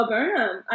Burnham